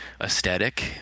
aesthetic